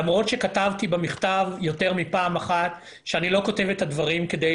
למרות שכתבתי במכתב יותר מפעם אחת שאני לא כותב את הדברים כדי